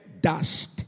dust